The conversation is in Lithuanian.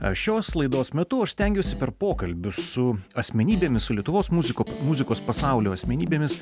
aš šios laidos metu aš stengiuosi per pokalbius su asmenybėmis su lietuvos muziko muzikos pasaulio asmenybėmis